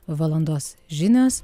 valandos žinios